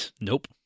Nope